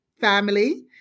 family